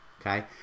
okay